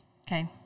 Okay